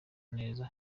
neza